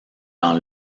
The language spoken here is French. dans